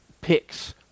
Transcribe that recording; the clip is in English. picks